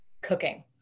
cooking